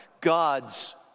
God's